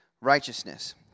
righteousness